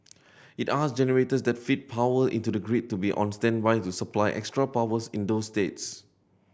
it asked generators that feed power into the grid to be on standby to supply extra powers in those states